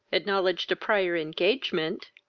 acknowledged a prior engagement,